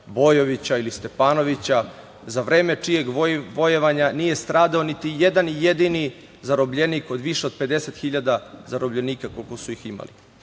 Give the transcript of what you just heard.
Bojovića ili Stepanovića za vreme čijeg vojevanja nije stradao niti jedan jedini zarobljenik od više 50.000 zarobljenika koliko su ih imali.